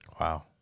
Wow